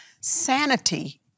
sanity